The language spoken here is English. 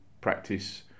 practice